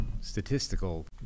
statistical